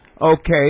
Okay